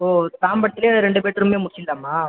ஓ தாம்பரத்திலே ரெண்டு பெட் ரூமே முடிச்சுட்லாமா